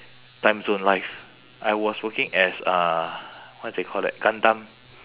timezone life I was working as uh what they call that gundam